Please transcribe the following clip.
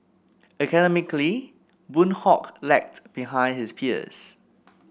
academically Boon Hock lagged behind his peers